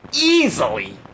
easily